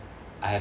I have